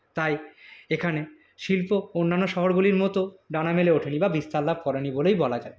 তাই এখানে শিল্প অন্যান্য শহরগুলির মত ডানা মেলে ওঠেনি বা বিস্তার লাভ করেনি বলেই বলা যায়